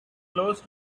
close